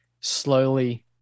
slowly